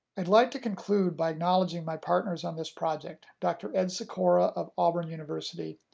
i'd like to conclude by acknowledging my partners on this project, dr. ed sikora of auburn university,